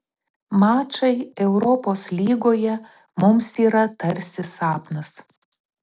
mačai europos lygoje mums yra tarsi sapnas